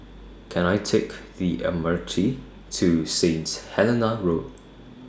Can I Take The M R T to Saint Helena Road